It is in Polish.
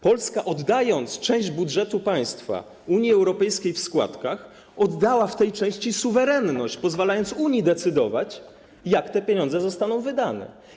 Polska, oddając część budżetu państwa Unii Europejskiej w składkach, oddała w tej części suwerenność, pozwalając Unii decydować, jak te pieniądze zostaną wydane.